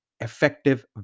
effective